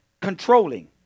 controlling